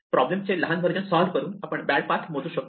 problem चे लहान version solve करून आपण बॅड पाथ मोजू शकतो